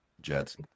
Jets